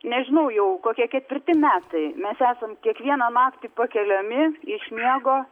nežinau jau kokie ketvirti metai mes esam kiekvieną naktį pakeliami iš miego